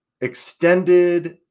extended